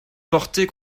portée